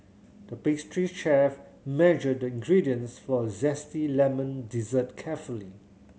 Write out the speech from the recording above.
the pastry chef measured the ingredients for a zesty lemon dessert carefully